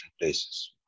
places